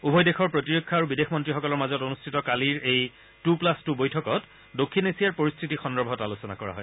উভয় দেশৰ প্ৰতিৰক্ষা আৰু বিদেশ মন্নীসকলৰ মাজত অনুষ্ঠিত কালিৰ এই টু প্লাছ টু বৈঠকত দক্ষিণ এছিয়াৰ পৰিস্থিতি সন্দৰ্ভত আলোচনা কৰা হয়